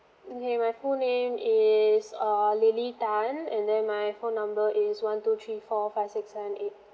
okay my full name is uh lily tan and then my phone number is one two three four five six seven eight